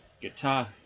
Guitar